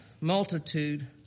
multitude